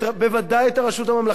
הרשות הממלכתית במדינת ישראל,